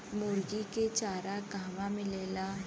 मुर्गी के चारा कहवा मिलेला?